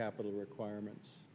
capital requirements